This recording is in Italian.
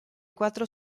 quattro